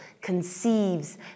conceives